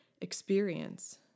experience